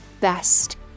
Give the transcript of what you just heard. best